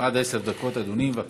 עד עשר דקות, אדוני, בבקשה.